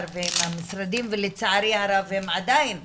ועם המשרדים ולצערי הרב הם עדיין הם עדיין